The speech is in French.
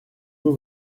vous